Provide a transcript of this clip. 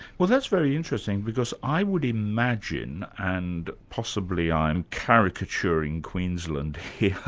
well that's very interesting because i would imagine, and possibly i'm caricaturing queensland here,